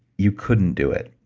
you couldn't do it,